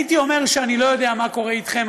הייתי אומר שאני לא יודע מה קורה איתכם,